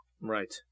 Right